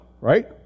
right